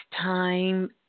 time